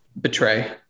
betray